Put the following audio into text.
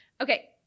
Okay